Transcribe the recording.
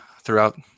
throughout